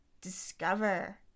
discover